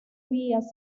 vías